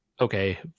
okay